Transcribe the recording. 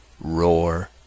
roar